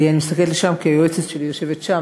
אני מסתכלת לשם כי היועצת שלי יושבת שם,